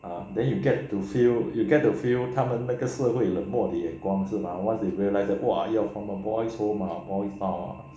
ah then you get to feel you get to feel 他们那个社会冷漠的眼光是吗 once they realize that !wah! you're from a boys' home ah boys' town ah